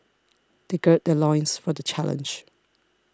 they gird their loins for the challenge